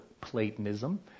Platonism